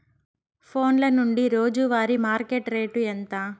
ఫోన్ల నుండి రోజు వారి మార్కెట్ రేటు ఎంత?